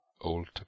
old